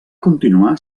continuar